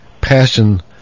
passion